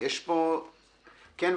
בבקשה.